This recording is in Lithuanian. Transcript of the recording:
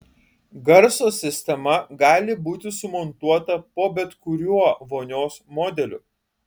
garso sistema gali būti sumontuota po bet kuriuo vonios modeliu